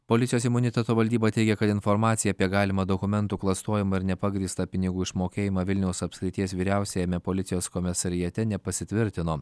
policijos imuniteto valdyba teigia kad informacija apie galimą dokumentų klastojimą ir nepagrįstą pinigų išmokėjimą vilniaus apskrities vyriausiajame policijos komisariate nepasitvirtino